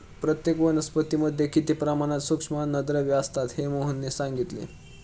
प्रत्येक वनस्पतीमध्ये किती प्रमाणात सूक्ष्म अन्नद्रव्ये असतात हे मोहनने सांगितले